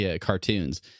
cartoons